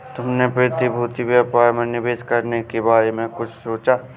तुमने प्रतिभूति व्यापार में निवेश करने के बारे में कुछ सोचा?